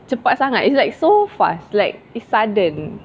cepat sangat is like so fast like it's sudden